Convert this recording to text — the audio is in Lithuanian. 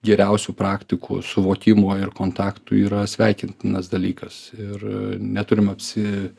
geriausių praktikų suvokimo ir kontaktų yra sveikintinas dalykas ir neturim apsi